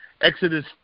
Exodus